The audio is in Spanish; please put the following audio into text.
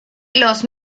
los